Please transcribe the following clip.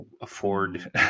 afford